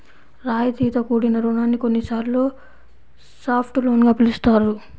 రాయితీతో కూడిన రుణాన్ని కొన్నిసార్లు సాఫ్ట్ లోన్ గా పిలుస్తారు